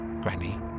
Granny